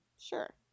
Sure